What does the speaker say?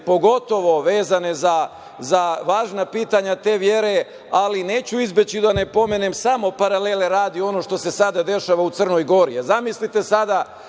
pogotovo vezane za važna pitanja te vere. Ali, neću izbeći da ne pomenem, samo paralele radi, ono što se sada dešava u Crnoj Gori.